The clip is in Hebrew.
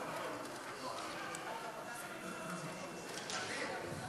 אדוני היושב-ראש,